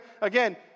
again